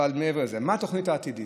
מעבר לזה, מה התוכנית העתידית?